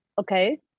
okay